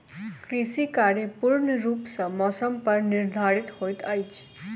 कृषि कार्य पूर्ण रूप सँ मौसम पर निर्धारित होइत अछि